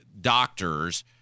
doctors